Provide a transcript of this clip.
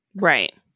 right